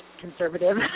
conservative